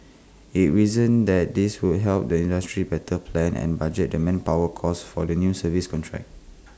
IT reasoned that this would help the industry better plan and budget the manpower costs for new service contracts